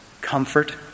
comfort